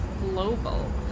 global